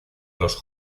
los